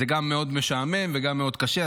זה גם מאוד משעמם וגם מאוד קשה.